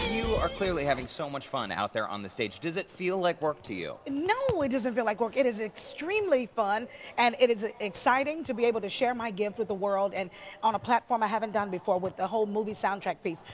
you are clearly having so much fun out there on the stage d. it feel like work to you? no, it doesn't feel like work. it is extremely fun and it is ah exciting to be able to share my gift with the world and on a platform i haven't done before with the whole movie sound track thing.